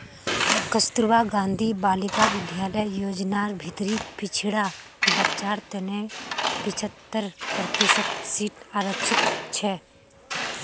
कस्तूरबा गांधी बालिका विद्यालय योजनार भीतरी पिछड़ा बच्चार तने पिछत्तर प्रतिशत सीट आरक्षित छे